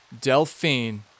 Delphine